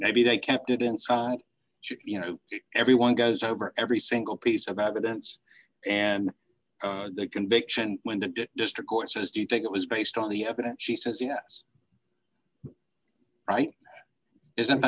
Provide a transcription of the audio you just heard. maybe they kept it inside you know everyone goes over every single piece about the dents and the conviction when the district court says do you think it was based on the evidence she says yes right isn't